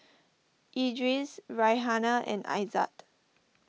Idris Raihana and Aizat